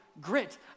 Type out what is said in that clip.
grit